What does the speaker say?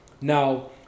Now